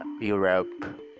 Europe